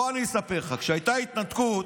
בוא אני אספר לך: כשהייתה ההתנתקות,